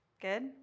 Good